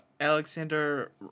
Alexander